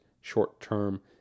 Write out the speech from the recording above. short-term